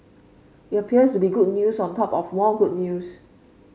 it appears to be good news on top of more good news